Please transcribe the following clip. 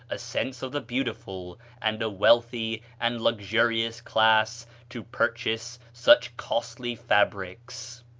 a sense of the beautiful, and a wealthy and luxurious class to purchase such costly fabrics.